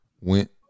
went